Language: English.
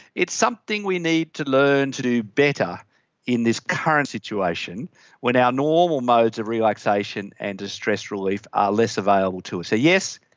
it's something we need to learn to do better in this current situation when our normal modes of relaxation and distress relief are less available to us. so yes,